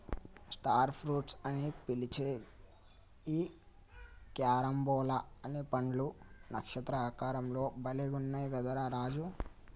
star fruits అని పిలిచే ఈ క్యారంబోలా అనే పండ్లు నక్షత్ర ఆకారం లో భలే గున్నయ్ కదా రా రాజు